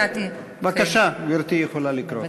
סליחה, בבקשה, גברתי יכולה לקרוא את השאילתה.